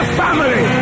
family